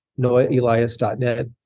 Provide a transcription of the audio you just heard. noahelias.net